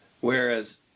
Whereas